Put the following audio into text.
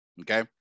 Okay